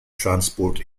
transport